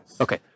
Okay